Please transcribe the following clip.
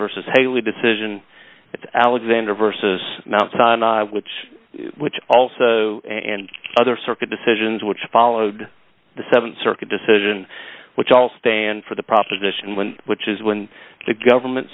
versus haley decision and alexander versus mount sinai which which also and other circuit decisions which followed the seven circuit decision which all stand for the proposition one which is when the government